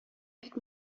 бик